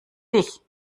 dich